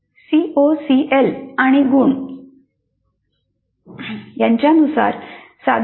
CO CL आणि गुण यांच्यानुसार साधनांचे वितरण करणे आवश्यक आहे